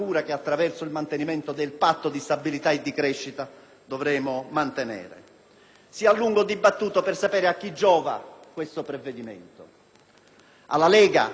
Si è a lungo dibattuto per sapere a chi giova questo provvedimento: alla Lega - molti hanno scritto così